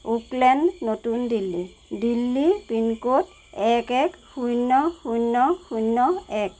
ওক lane নতুন দিল্লী দিল্লী পিনক'ডএক এক শূন্য শূন্য শূন্য এক